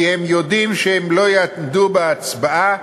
כי הם יודעים שהם לא יעמדו בהצבעה,